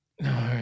No